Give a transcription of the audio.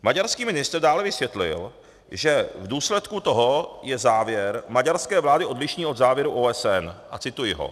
Maďarský ministr dále vysvětlil, že v důsledku toho je závěr maďarské vlády odlišný od závěru OSN, a cituji ho.